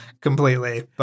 completely